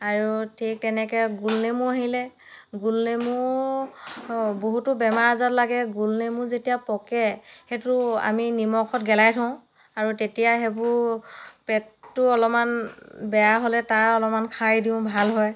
আৰু ঠিক তেনেকৈ গোলনেমু আহিলে গোলনেমুও বহুতো বেমাৰ আজাৰ লাগে গোলনেমু যেতিয়া পকে সেইটো আমি নিমখত গেলাই থওঁ আৰু তেতিয়াই সেইবো পেটটো অলপমান বেয়া হ'লে তাৰ অলপমান খাই দিওঁ ভাল হয়